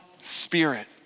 Spirit